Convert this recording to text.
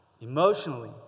emotionally